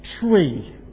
tree